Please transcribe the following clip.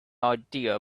idea